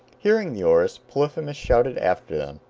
hearing the oars, polyphemus shouted after them,